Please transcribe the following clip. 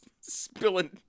spilling